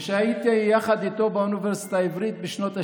כשהייתי יחד איתו באוניברסיטה העברית בשנות השבעים,